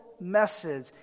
message